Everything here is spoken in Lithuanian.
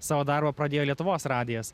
savo darbą pradėjo lietuvos radijas